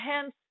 hence